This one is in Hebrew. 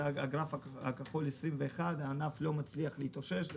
הגרף הכחול זה 2021 הענף לא מצליח להתאושש.